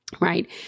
right